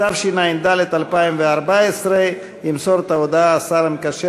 התשע"ד 2014. ימסור את ההודעה השר המקשר